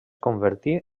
convertí